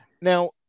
Now